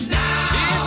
now